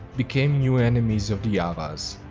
became new enemies of the avars.